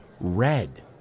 red